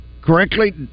correctly